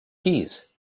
keys